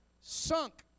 sunk